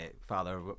father